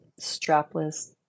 strapless